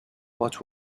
what